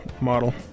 model